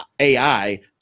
AI